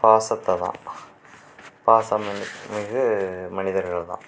பாசத்தைதான் பாசமிகு மிகு மனிதர்கள்தான்